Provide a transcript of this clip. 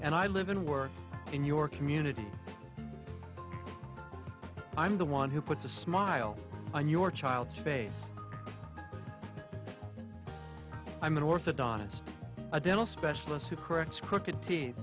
and i live and work in your community i'm the one who puts a smile on your child's face i'm an orthodontist a dental specialist who corrects crooked teeth